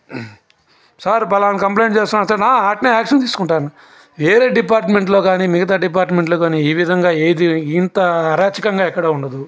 sir పలానా complaint చేస్తున్న sir ఆ అట్నే యాక్షన్ తీసుకుంటాను వేరే డిపార్ట్మెంటల్లో కానీ మిగతా డిపార్ట్మెంటల్లో కానీ ఈ విధంగా ఏది ఇంత అరాచకంగా ఎక్కడా ఉండదు